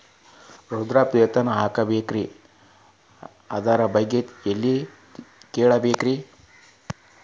ವೃದ್ಧಾಪ್ಯವೇತನ ಅರ್ಜಿ ಹಾಕಬೇಕ್ರಿ ಅದರ ಬಗ್ಗೆ ಎಲ್ಲಿ ಕೇಳಬೇಕ್ರಿ?